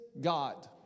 God